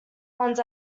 ones